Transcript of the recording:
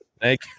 Thank